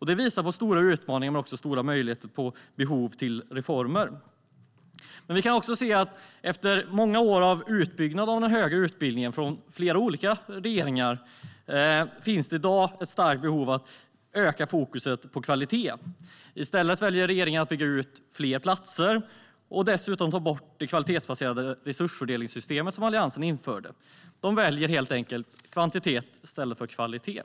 Detta visar på stora utmaningar men också på stora möjligheter och behov av reformer. Efter många år av utbyggnad av den högre utbildningen, av flera olika regeringar, finns det i dag ett starkt behov av att öka fokus på kvalitet. I stället väljer regeringen att bygga ut fler platser och dessutom ta bort det kvalitetsbaserade resursfördelningssystemet, som Alliansen införde. De väljer helt enkelt kvantitet i stället för kvalitet.